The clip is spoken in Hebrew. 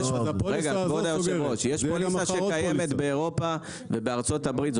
יש פוליסה שקיימת באירופה ובארצות הברית,